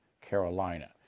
Carolina